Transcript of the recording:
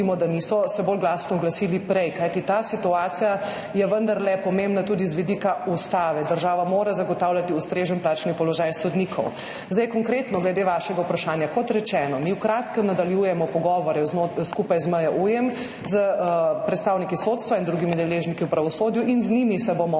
se niso bolj glasno oglasili prej, kajti ta situacija je vendarle pomembna tudi z vidika ustave. Država mora zagotavljati ustrezen plačni položaj sodnikov. Konkretno glede vašega vprašanja. Kot rečeno, mi v kratkem nadaljujemo pogovore znotraj skupaj z MJU, s predstavniki sodstva in drugimi deležniki v pravosodju in z njimi se bomo